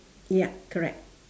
yup correct